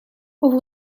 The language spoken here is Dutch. over